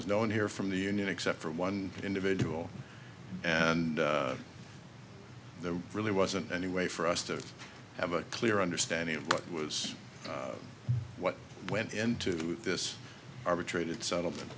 was no one here from the union except for one individual and there really wasn't any way for us to have a clear understanding of what was what went into this arbitrated settlement